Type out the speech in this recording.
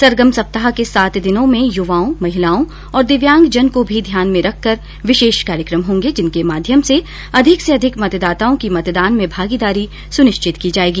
सरगम सप्ताह के सातों दिनों में युवाओं महिलाओं और दिव्यांगजन को भी ध्यान में रखकर विशेष कार्यक्रम होंगे जिनके माध्यम से अधिक से अधिक मतदाताओं की मतदान में भागीदारी सुनिश्चित की जायेगी